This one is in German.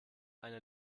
eine